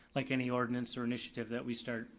like any ordinance or initiative that we start,